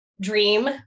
dream